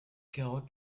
quarante